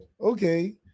Okay